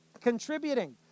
Contributing